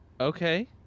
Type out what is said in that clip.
Okay